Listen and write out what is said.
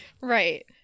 right